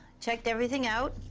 checked everything out.